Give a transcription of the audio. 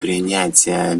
принятия